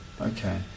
okay